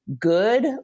good